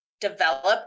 develop